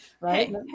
right